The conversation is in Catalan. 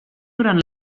durant